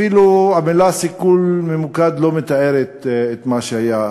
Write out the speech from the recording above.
אפילו הביטוי "סיכול ממוקד" לא מתאר את מה שהיה.